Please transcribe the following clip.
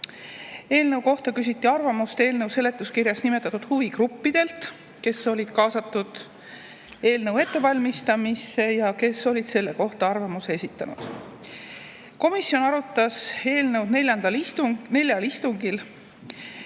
Eelnõu kohta küsiti arvamust eelnõu seletuskirjas nimetatud huvigruppidelt, kes olid kaasatud eelnõu ettevalmistamisse ja kes olid selle kohta arvamuse esitanud. Komisjon arutas eelnõu neljal istungil.